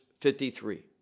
53